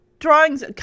drawings